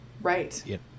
right